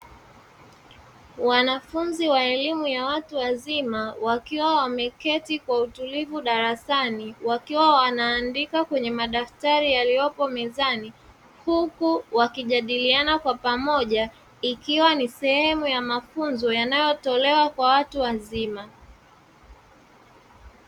Wanafunzi wa elimu ya watu wazima wakiwa wameketi kwa utulivu darasani wakiwa wanaandika kwenye madaftari yaliyopo mezani, huku wakijadiliana kwa pamoja ikiwa ni sehemu ya mafunzo yanayotolewa kwa watu wazima.